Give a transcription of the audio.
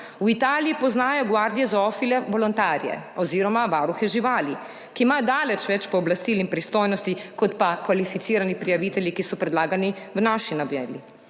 V Italiji poznajo guardie zoofile volontarie oziroma varuhe živali, ki imajo daleč več pooblastil in pristojnosti kot pa kvalificirani prijavitelji, ki so predlagani v naši noveli.